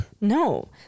No